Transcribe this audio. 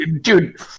dude